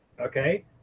okay